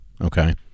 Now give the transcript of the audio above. Okay